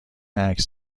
عکس